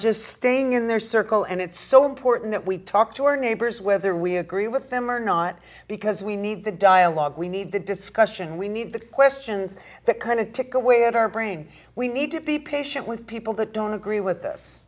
just staying in their circle and it's so important that we talk to our neighbors whether we agree with them or not because we need the dialogue we need the discussion we need the questions that kind of tick away at our brain we need to be patient with people that don't agree with us